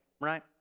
right